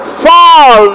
fall